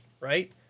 right